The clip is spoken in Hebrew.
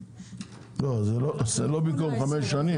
לא, זה לא במקום חמש שנים.